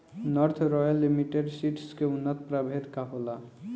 North Royal Limited Seeds के उन्नत प्रभेद का होला?